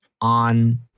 on